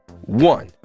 One